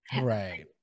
right